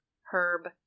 Herb